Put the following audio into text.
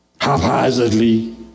haphazardly